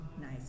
Nice